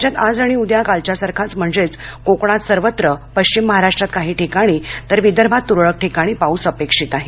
राज्यात आज आणि उद्या कालच्या सारखाच म्हणजे कोकणात सर्वत्र पश्चिम महाराष्ट्रात काही तर विदर्भात तुरळक ठिकाणी पाऊस अपेक्षित आहे